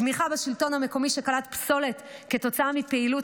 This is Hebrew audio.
תמיכה בשלטון המקומי שקלט פסולת כתוצאה מפעילות